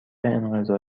انقضا